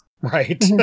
Right